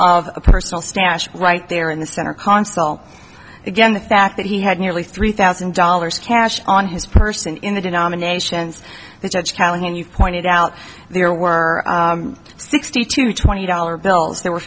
of a personal stash right there in the center console again the fact that he had nearly three thousand dollars cash on his person in the denominations the judge county and you pointed out there were sixty to twenty dollar bills there w